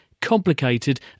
complicated